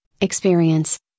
experience